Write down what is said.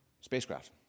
spacecraft